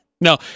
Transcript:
No